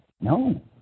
No